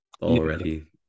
already